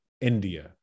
India